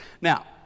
Now